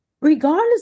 Regardless